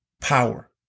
power